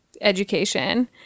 education